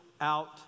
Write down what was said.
out